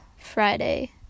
Friday